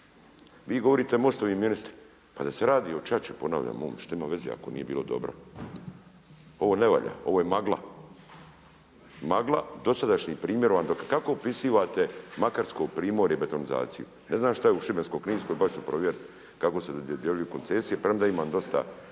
Vi govorite MOST-ovi ministri, pa da se radi o ćaći ponavljam mom, što ima veze ako nije bilo dobro. Ovo ne valja, ovo je magla, magla. Dosadašnji primjer vam, kako opisujete Makarsko primorje betonizaciju? Ne znam što je u Šibensko-kninskoj, baš ću provjeriti kako se dodjeljuju koncesije premda imam dosta